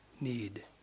need